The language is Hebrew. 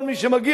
כל מי שמגיע,